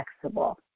flexible